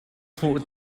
hmuh